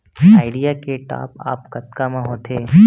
Idea के top up कतका म होथे?